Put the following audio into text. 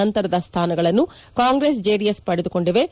ನಂತರದ ಸ್ವಾನಗಳನ್ನು ಕಾಂಗ್ರೆಸ್ ಜೆಡಿಎಸ್ ಪಡೆದುಕೊಂಡಿವೆ